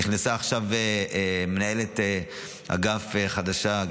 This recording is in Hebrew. נכנסה עכשיו מנהלת אגף חדשה,